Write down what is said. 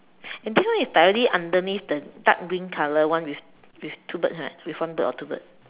and this one is directly underneath the dark green color one with with two birds right with one bird or two bird